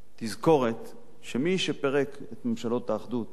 תזכורת, שמי שפירק את ממשלות האחדות,